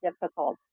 difficult